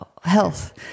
health